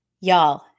y'all